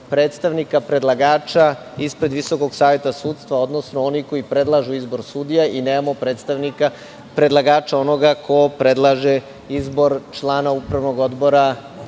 predlagača ispred Visokog saveta sudstva, odnosno oni koji predlažu izbor sudija i nemamo predstavnika predlagača onoga ko predlaže izbor člana upravnog odbora